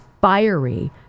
fiery